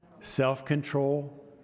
self-control